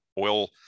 oil